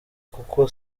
kuko